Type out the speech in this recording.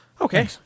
Okay